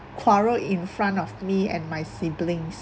quarrel in front of me and my siblings